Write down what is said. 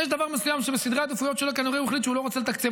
יש דבר שבסדרי העדיפויות שלו כנראה הוא החליט שהוא לא רוצה לתקצב.